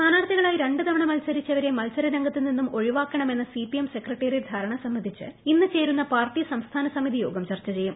സ്ഥാനാർഥികളായി രണ്ട് തവണ മത്സരിച്ചവരെ മത്സരരംഗത്ത് നിന്നും ഒഴിവാക്കണമെന്ന സിപിഎം സെക്രട്ടേറിയറ്റ് ധാരണ സംബന്ധിച്ച് ഇന്ന് ചേരുന്ന പാർട്ടി സംസ്ഥാന സമിതി യോഗം ചർച്ച ചെയ്യും